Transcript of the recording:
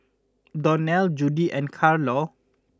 Donnell Judi and Carlo